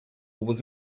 was